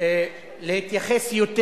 אבל תיידעו אותי.